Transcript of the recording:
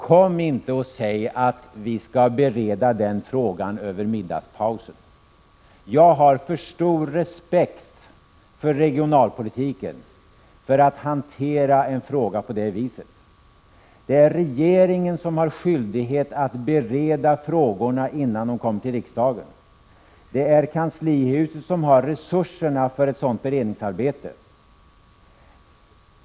Kom inte och säg att vi skall bereda denna fråga under middagspausen! Jag har för stor respekt för regionalpolitiken för att hantera en fråga på detta sätt. Det är regeringen som har skyldighet att bereda frågorna innan de kommer till riksdagen. Det är kanslihuset som har resurserna för ett sådant beredningsarbete.